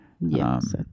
yes